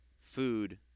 food